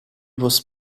was